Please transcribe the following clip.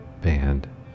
Band